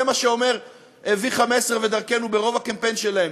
זה מה שאומרים 15V ו"דרכנו" ברוב הקמפיין שלהם.